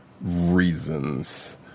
reasons